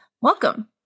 Welcome